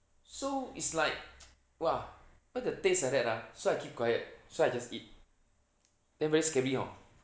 so is like !wah! why the taste like that ah so I keep quiet so I just eat then very scary hor